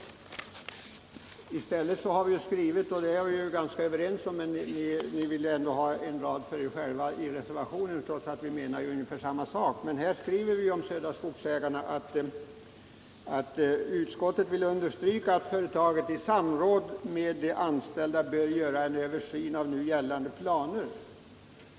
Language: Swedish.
Nej, i stället står det i utskottsbetänkandet — detta var vi ganska överens om, men ni ville ändå ha några rader för er själva i reservation I, trots att vi alltså menar ungefär samma sak — om Södra Skogsägarna: ”Utskottet vill understryka att företaget i samråd med de anställda bör göra en översyn av nu gällande planer ——-—.